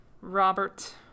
Robert